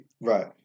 Right